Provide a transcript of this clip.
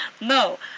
no